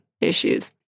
issues